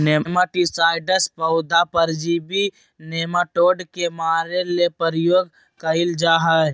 nematicides पौधा परजीवी nematode के मारे ले प्रयोग कयल जा हइ